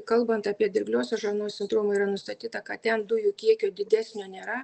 kalbant apie dirgliosios žarnos sindromą yra nustatyta kad ten dujų kiekio didesnio nėra